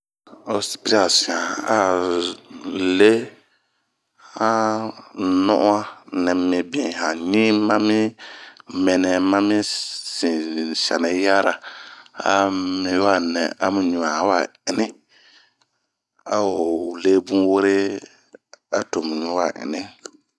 o piri'a sian a o le han nu'an, nɛmibim, han ɲina, mami mɛnɛ mari sian nɛ yi yara, a miwanɛ a mu ɲu bɛ wa ɛni, a to o le bun wure a to mu ɲu wa ɛni.